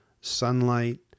Sunlight